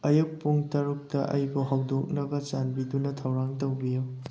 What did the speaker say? ꯑꯌꯨꯛ ꯄꯨꯡ ꯇꯔꯨꯛꯇ ꯑꯩꯕꯨ ꯍꯧꯗꯣꯛꯅꯕ ꯆꯥꯟꯕꯤꯗꯨꯅ ꯊꯧꯔꯥꯡ ꯇꯧꯕꯤꯌꯨ